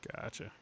Gotcha